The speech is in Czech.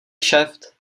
kšeft